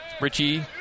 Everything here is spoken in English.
Richie